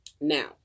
Now